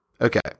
Okay